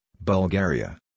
Bulgaria